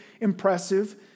impressive